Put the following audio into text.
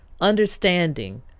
understanding